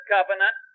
Covenant